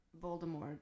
Voldemort